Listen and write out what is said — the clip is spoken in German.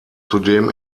zudem